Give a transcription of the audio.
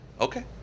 okay